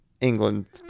England